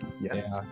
Yes